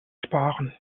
sparen